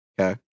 Okay